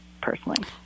personally